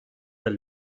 del